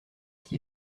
cette